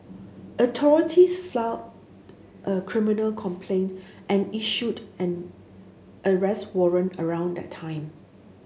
authorities filed a criminal complaint and issued an arrest warrant around that time